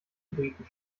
briten